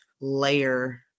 layer